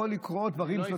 יכולים לקרות דברים,